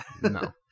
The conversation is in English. No